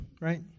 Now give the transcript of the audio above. right